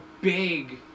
big